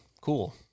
Cool